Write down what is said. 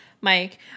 Mike